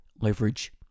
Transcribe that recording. leverage